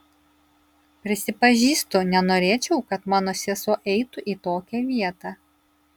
prisipažįstu nenorėčiau kad mano sesuo eitų į tokią vietą